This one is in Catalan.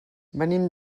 venim